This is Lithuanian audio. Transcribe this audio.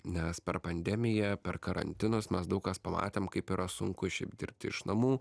nes per pandemiją per karantinus mes daug kas pamatėm kaip yra sunku šiaip dirbti iš namų